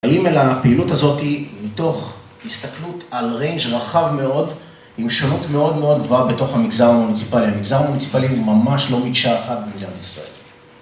האם הפעילות הזאת היא מתוך הסתכלות על ריינג' רחב מאוד, עם שונות מאוד מאוד גבוהה בתוך המגזר המונוציפלי; המגזר המונוציפלי הוא ממש לא מקשה אחת במדינת ישראל